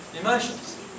emotions